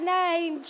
name